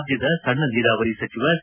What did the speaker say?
ರಾಜ್ಯದ ಸಣ್ಣ ನೀರಾವರಿ ಸಚಿವ ಸಿ